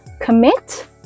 Commit